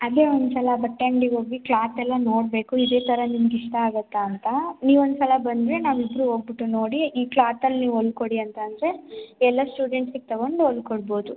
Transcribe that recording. ಅದೇ ಒಂದು ಸಲ ಬಟ್ಟೆ ಅಂಗ್ಡಿಗೆ ಹೋಗಿ ಕ್ಲಾತೆಲ್ಲ ನೋಡಬೇಕು ಇದೇ ಥರ ನಿಮ್ಗೆ ಇಷ್ಟ ಆಗುತ್ತಾ ಅಂತ ನೀವು ಒಂದು ಸಲ ಬಂದರೆ ನಾವಿಬ್ಬರು ಹೋಗಿಬಿಟ್ಟು ನೋಡಿ ಈ ಕ್ಲಾತಲ್ಲಿ ನೀವು ಹೊಲ್ ಕೊಡಿ ಅಂತಂದರೆ ಎಲ್ಲ ಸ್ಟೂಡೆಂಟ್ಸಿಗೆ ತಗೊಂಡು ಹೊಲ್ ಕೊಡ್ಬೋದು